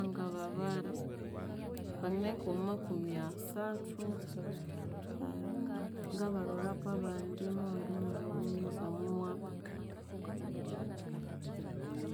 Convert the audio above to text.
Ngangababara, banganahika omwa makumi asathu, ngabalholako abandi, murundi mughuma omwa mwaka.